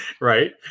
right